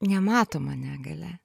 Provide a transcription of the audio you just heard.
nematoma negalia